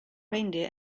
reindeer